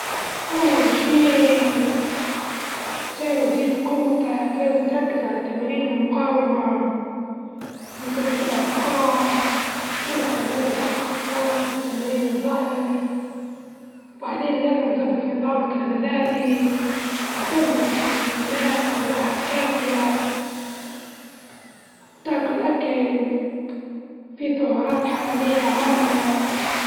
أول شيء عشان تزيد قوتك لازم تركز على تمارين المقاومة، مثل رفع الأثقال جرب تمارين ضغط سكوات والتمارين الظهر، وبعدين لازم تظبط نظامك الغذائي، وتهتم بالبروتينات والراحة الكافية، وتاكل أكل فيه سعرات حرارية عالية.